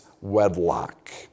wedlock